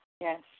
Yes